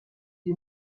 des